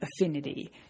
affinity